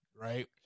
right